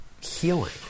healing